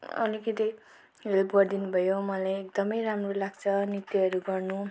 अलिकति हेल्प गरिदिनु भयो मलाई एकदमै राम्रो लाग्छ नृत्यहरू गर्नु